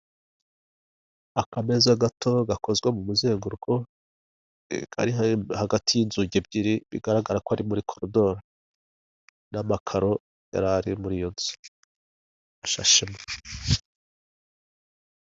Akameza gato gakozwe mu muzenguruko ,kari hagati y'inzug' ebyiri bigaragarak' ari muri korodoro n'amakaro yarari mur'iyo nz' ashashemo.